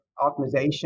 optimization